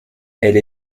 elle